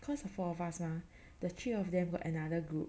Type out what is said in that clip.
cause the four of us mah the three of them got another group